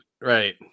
Right